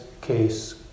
case